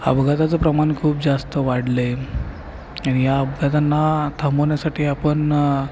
अपघाताचं प्रमाण खूप जास्त वाढलं आहे आणि या अपघातांना थांबवण्यासाठी आपण